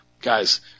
Guys